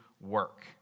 work